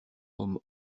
homme